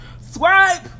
swipe